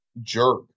jerk